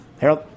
harold